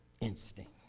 instinct